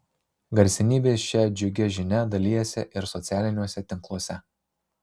garsenybės šia džiugia žinia dalijasi ir socialiniuose tinkluose